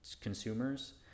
consumers